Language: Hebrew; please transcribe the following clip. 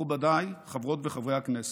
מכובדיי, חברות וחברי הכנסת,